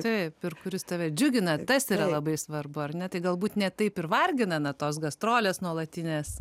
taip ir kuris tave džiugina tas yra labai svarbu ar ne tai galbūt ne taip ir vargina na tos gastrolės nuolatinės